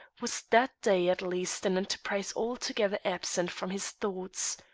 was that day at least an enterprise altogether absent from his thoughts.